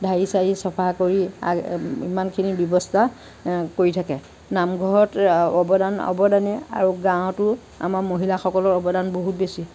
ঢাৰি চাৰি চাফা কৰি ইমানখিনি ব্যৱস্থা কৰি থাকে নামঘৰত অৱদান অৱদানেই আৰু গাঁৱতো আমাৰ মহিলাসকলৰ অৱদান বহুত বেছি